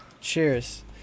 Cheers